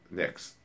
next